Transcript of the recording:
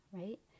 right